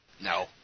No